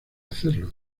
hacerlo